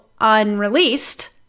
unreleased